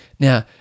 Now